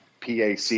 PAC